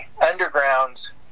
undergrounds